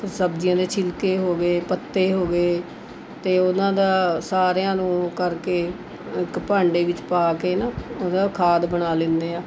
ਸਬਜ਼ੀਆਂ ਦੇ ਛਿਲਕੇ ਹੋ ਗਏ ਪੱਤੇ ਹੋ ਗਏ ਅਤੇ ਉਹਨਾਂ ਦਾ ਸਾਰਿਆਂ ਨੂੰ ਉਹ ਕਰਕੇ ਇੱਕ ਭਾਂਡੇ ਵਿੱਚ ਪਾ ਕੇ ਨਾ ਉਹਦਾ ਖਾਦ ਬਣਾ ਲੈਂਦੇ ਹਾਂ